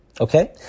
Okay